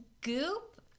Goop